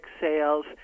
sales